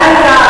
היה לי,